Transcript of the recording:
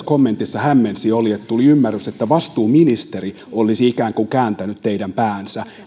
kommentissa hämmensi oli että tuli ymmärrys että vastuuministeri olisi ikään kuin kääntänyt teidän päänne